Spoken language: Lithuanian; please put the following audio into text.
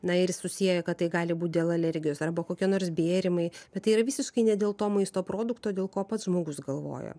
na ir jis susieja kad tai gali būti dėl alergijos arba kokie nors bėrimai bet tai yra visiškai ne dėl to maisto produkto dėl ko pats žmogus galvoja